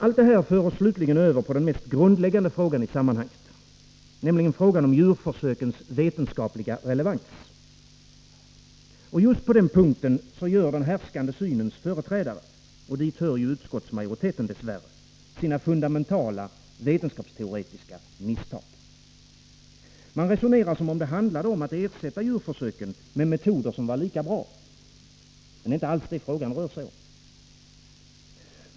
Allt detta för oss slutligen över på den mest grundläggande frågan i sammanhanget, nämligen frågan om djurförsökens vetenskapliga relevans. Just på den punkten gör den härskande synens företrädare — och dit hör ju dess värre utskottets majoritet — sina fundamentala vetenskapsteoretiska misstag. Man resonerar som om det handlade om att ersätta djurförsöken med metoder som var lika bra. Men det är inte alls det frågan rör sig om.